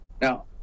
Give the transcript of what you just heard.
Now